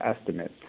estimate